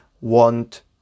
want